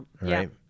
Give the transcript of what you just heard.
Right